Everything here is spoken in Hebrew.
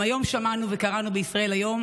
היום גם שמענו וקראנו בישראל היום